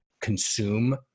consume